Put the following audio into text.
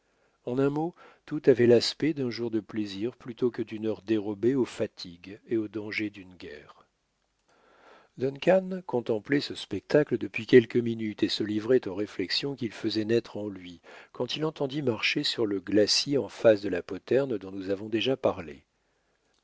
en un mot tout avait l'aspect d'un jour de plaisir plutôt que d'une heure dérobée aux fatigues et aux dangers d'une guerre duncan contemplait ce spectacle depuis quelques minutes et se livrait aux réflexions qu'il faisait naître en lui quand il entendit marcher sur le glacis en face de la poterne dont nous avons déjà parlé